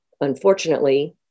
Unfortunately